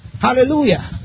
Hallelujah